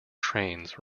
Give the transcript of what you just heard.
trains